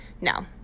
No